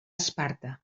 esparta